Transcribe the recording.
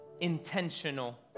intentional